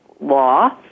law